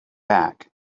back